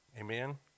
Amen